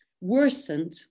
worsened